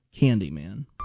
Candyman